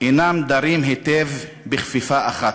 אינם דרים היטב בכפיפה אחת.